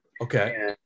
Okay